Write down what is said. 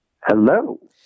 Hello